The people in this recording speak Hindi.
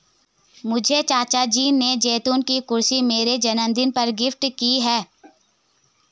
मुझे चाचा जी ने जैतून की कुर्सी मेरे जन्मदिन पर गिफ्ट की है